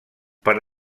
per